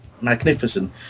magnificent